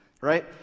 right